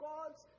God's